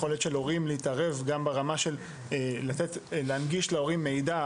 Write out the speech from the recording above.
יכולת של הורים להתערב גם ברמה של להנגיש מידע,